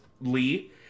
Lee